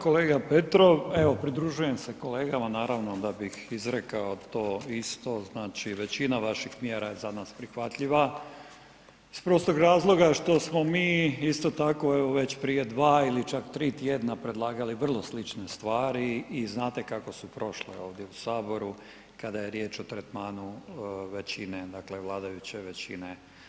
Kolega Petrov, evo pridružujem se kolegama naravno da bih izrekao to isto, znači većina vaših mjera je za nas prihvatljiva iz prostog razloga što smo isto tako evo već prije 2 ili čak 3 tjedna predlagali vrlo slične stvari i znate kako su prošle ovdje u saboru kada je riječ o tretmanu većine, dakle vladajuće većine.